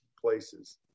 places